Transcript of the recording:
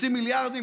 רוצים מיליארדים?